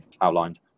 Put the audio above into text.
outlined